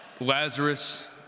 Lazarus